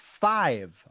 five